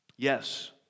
Yes